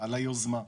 על היוזמה,